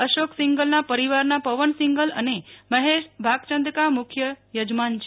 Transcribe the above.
અશોક સિંઘલના પરિવારના પવન સિંઘલ અને મહેશ ભાગચંદકા મુખ્ય યજમાન છે